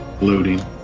Loading